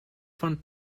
von